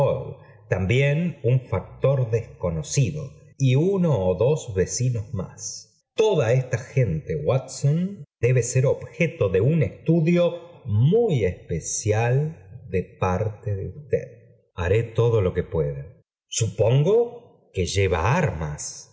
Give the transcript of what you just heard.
también un s t m i uno dos vecinos más to m tndtoí é nte atson debe er ob íeto de un es tudiomuy especial de parte de usted s todo lo que pueda supongo que lleva armas